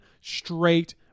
straight